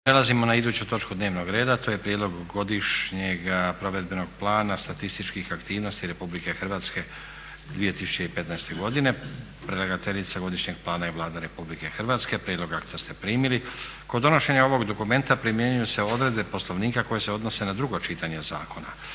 Prelazimo na iduću točku dnevnog reda a to je: - Prijedlog Godišnjeg provedbenog plana statističkih aktivnosti Republike Hrvatske 2015. godine; Predlagateljica Godišnjeg plana je Vlada Republike Hrvatske. Prijedlog akta ste primili. Kod donošenja ovog dokumenta primjenjuju se odredbe Poslovnika koje se odnose na drugo čitanje Zakona.